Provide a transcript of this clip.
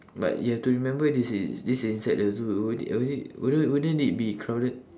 but you have to remember this is this is inside the zoo would it would it wou~ wouldn't it be crowded